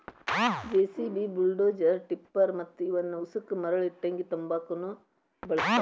JCB, bulldozer, tipper ಮತ್ತ ಇವನ್ ಉಸಕ ಮರಳ ಇಟ್ಟಂಗಿ ತುಂಬಾಕುನು ಬಳಸ್ತಾರ